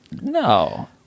no